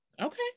Okay